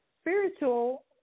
spiritual